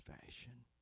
fashion